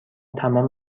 تمام